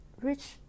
rich